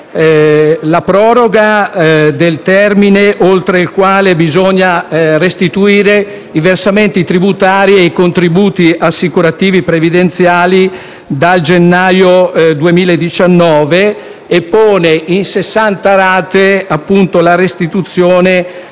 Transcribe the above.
la proroga del termine oltre il quale bisogna restituire i versamenti tributari e i contributi assicurativi previdenziali al gennaio 2019 e pone in 60 rate la restituzione